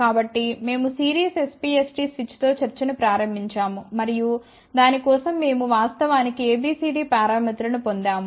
కాబట్టి మేము series SPST స్విచ్తో చర్చను ప్రారంభించాము మరియు దాని కోసం మేము వాస్తవానికి ABCD పారామితులను పొందాము